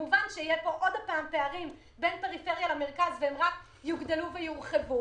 כמובן שיהיו פה עוד פעם פערים בין הפריפריה למרכז והם רק יגדלו ויורחבו.